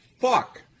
fuck